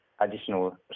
additional